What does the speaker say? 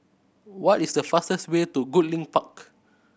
what is the fastest way to Goodlink Park